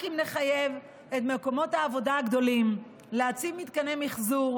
רק אם נחייב את מקומות העבודה הגדולים להציב מתקני מחזור,